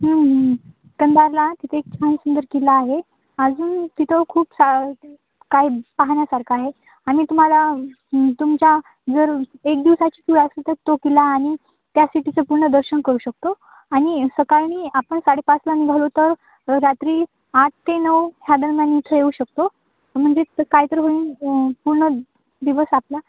कंधारला तिथे एक छान सुंदर किल्ला आहे अजून तिथं खूप सा काय पाहण्यासारखं आहे आम्ही तुम्हाला तुमच्या जर एक दिवसाची टूर असली तर तो किल्ला आनि त्या सिटीचं पूर्ण दर्शन करू शकतो आणि सकाळी आपण साडेपाचला निघालो तर रात्री आठ ते नऊ ह्या दरम्यान इथे येऊ शकतो म्हणजे काही तर होईन पूर्ण दिवस आपला